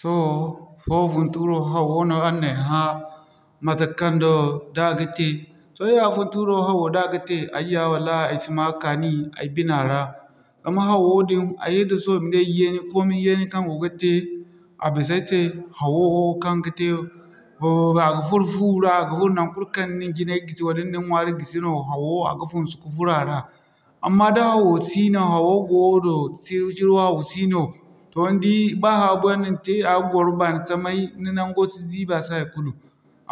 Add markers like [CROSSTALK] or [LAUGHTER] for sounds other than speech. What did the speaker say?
Sohõ fo funturo hawo no araŋ na ay hã matekaŋ no da a ga te. Toh ir ya funturo hawo da ga te ay ya wallahi ay si ma a kaani ay bina ra. Zama hawo din ay hiddeso i ma ne yeeni [UNINTELLIGIBLE] yeeni kaŋ go ga te a bisa ay se hawo wo kan ga te bababa a ga furo fu ra a ga furo naŋkul kaŋ ni na jinay gisi wala ni na ni ɲwaari gisi no hawo wo a ga funsu ka furo a ra. Amma da hawo sino hawo goono shiru-shiru hawo sino toh ni di ba haabu yaŋ no ni te a ga gwaro baani samay ni naŋgo si ziibi a si haykulu.